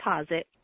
deposit